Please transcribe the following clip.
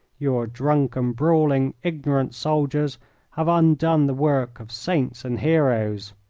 your drunken, brawling, ignorant soldiers have undone the work of saints and heroes.